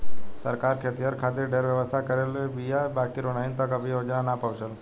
सरकार खेतिहर खातिर ढेरे व्यवस्था करले बीया बाकिर ओहनि तक अभी योजना ना पहुचल